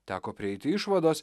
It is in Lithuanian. teko prieiti išvados